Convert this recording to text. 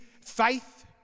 faith